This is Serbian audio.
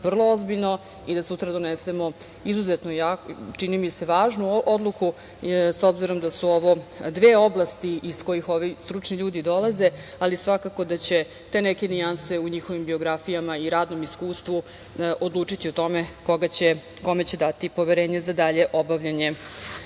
vrlo ozbiljno i da sutra donesemo izuzetno važnu odluku, s obzirom da su ovo dve oblasti iz kojih ovi stručni ljudi dolaze, ali svakako da će neke nijanse u njihovim biografijama i radnom iskustvu odlučiti o tome kome će dati poverenje za dalje obavljanje